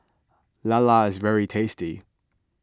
Lala is very tasty